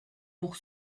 pour